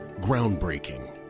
Groundbreaking